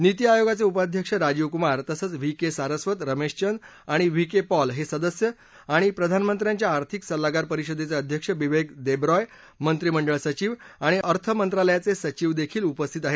नीती आयोगाचे उपाध्यक्ष राजीव कुमार तसंच व्ही के सारस्वत रमेश चंद आणि व्ही के पॉल हे सदस्य आणि प्रधानमंत्र्यांच्या आर्थिक सल्लागार परिषदेचे अध्यक्ष विवेक देबरॉय मंत्रिमंडळ सचिव आणि आणि अर्थ मंत्रालयाचे सचिव देखील उपस्थित आहेत